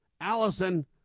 Allison